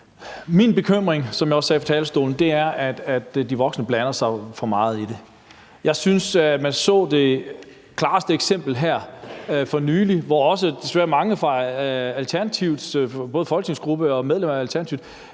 Min bekymring, som jeg også sagde på talerstolen, er, at de voksne blander sig for meget i det. Jeg synes, at man så det klareste eksempel på det her for nylig, hvor mange fra Alternativets folketingsgruppe og medlemmer af Alternativet